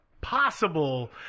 possible